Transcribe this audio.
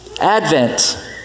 Advent